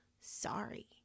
sorry